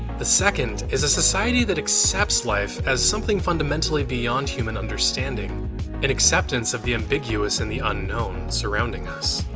the second is a society that accepts life as something fundamentally beyond human understanding an acceptance of the ambiguous and the unknown surrounding us.